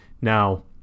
Now